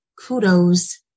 kudos